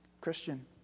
Christian